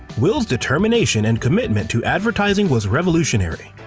will's determination and commitment to advertising was revolutionary.